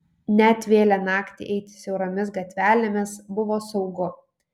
net vėlią naktį eiti siauromis gatvelėmis buvo saugu